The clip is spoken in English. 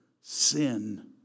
sin